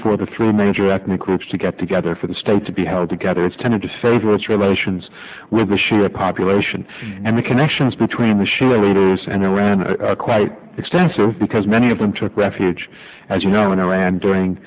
for the three major ethnic groups to get together for the state to be held together has tended to favor its relations with the sheer population and the connections between the shia leaders and iran are quite extensive because many of them took refuge as you know in iran during